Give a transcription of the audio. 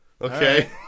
okay